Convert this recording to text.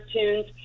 tunes